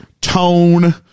Tone